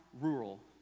rural